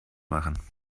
machen